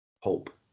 hope